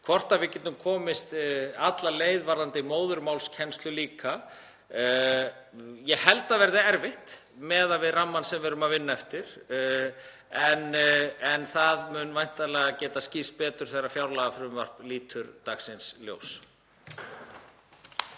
hvort við getum komist alla leið varðandi móðurmálskennsluna líka. Ég held að það verði erfitt miðað við rammann sem við erum að vinna eftir en það mun væntanlega skýrast betur þegar fjárlagafrumvarp lítur dagsins ljós.